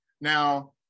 now